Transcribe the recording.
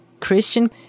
Christian